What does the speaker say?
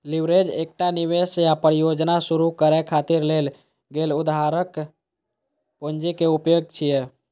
leverage एकटा निवेश या परियोजना शुरू करै खातिर लेल गेल उधारक पूंजी के उपयोग छियै